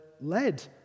led